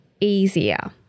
easier